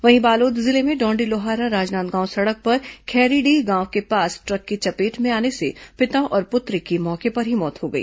वहीं बालोद जिले में डॉंडीलोहारा राजनांदगांव सड़क पर खैरीडीह गांव के पास ट्रक की चपेट में आने से पिता और पुत्री की मौके पर ही मौत हो गई